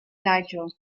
nigel